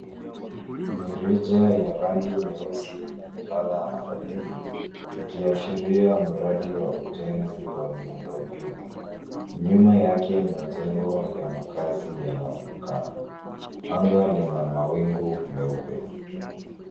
Mirija ya rangi nyeusi imelala ardhini ikiashiria mradi wa ujenzi wa miundo mbinu. Nyuma yake majengo ya makazi yanayoonekana. Anga Lina mawingu meupe.